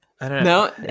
No